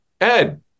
Ed